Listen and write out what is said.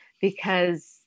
because-